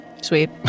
Sweet